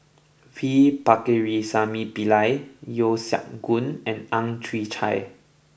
V Pakirisamy Pillai Yeo Siak Goon and Ang Chwee Chai